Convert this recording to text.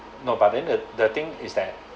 no but then the the thing is that